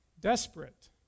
desperate